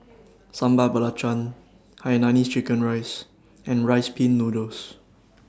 Sambal Belacan Hainanese Chicken Rice and Rice Pin Noodles